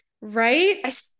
right